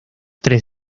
tres